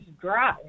dry